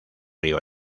río